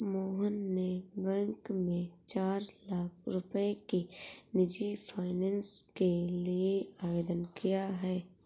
मोहन ने बैंक में चार लाख रुपए की निजी फ़ाइनेंस के लिए आवेदन किया है